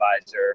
advisor